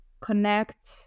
connect